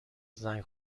زنگ